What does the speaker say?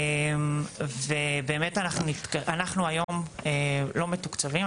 ובאמת אנחנו היום לא מתוקצבים,